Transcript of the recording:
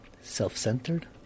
self-centered